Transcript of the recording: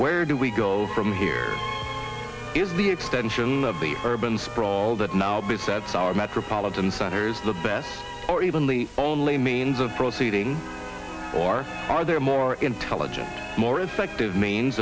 where do we go from here is the extension of the urban sprawl that now besets our metropolitan centers the best or even the only means of proceeding or are there more intelligent more effective means